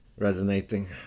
resonating